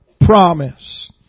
promise